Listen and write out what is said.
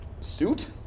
suit